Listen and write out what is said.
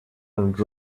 and